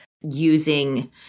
using